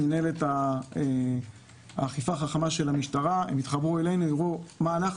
מינהלת האכיפה החכמה של המשטרה תתחבר אלינו ותראה מה אנחנו